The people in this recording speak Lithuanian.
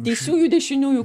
teisiųjų dešiniųjų